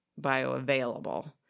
bioavailable